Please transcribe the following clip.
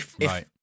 Right